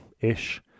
ish